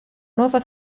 nuova